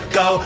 go